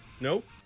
Nope